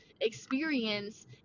experience